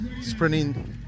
sprinting